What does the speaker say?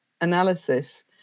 analysis